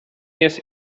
jest